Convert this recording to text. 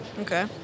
okay